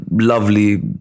lovely